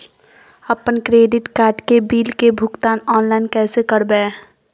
अपन credit card के bill के भुगतान ऑनलाइन कैसे करबैय?